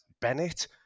Bennett